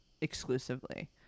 exclusively